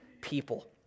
people